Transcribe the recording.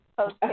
Okay